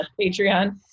Patreon